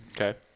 Okay